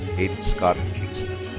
hayden scott kingston.